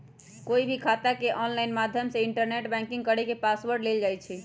कोई भी खाता के ऑनलाइन माध्यम से इन्टरनेट बैंकिंग करके पासवर्ड लेल जाई छई